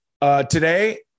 today